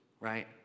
right